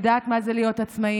יודעת מה זה להיות עצמאית,